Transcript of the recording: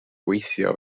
gweithio